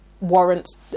warrants